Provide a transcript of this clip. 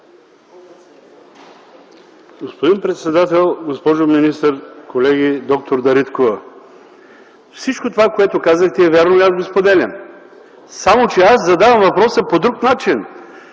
Господин председател, госпожо министър, колеги! Доктор Дариткова, всичко това, което казахте е вярно, и аз го споделям. Само че аз задавам въпроса по друг начин: